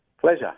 pleasure